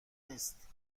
نیست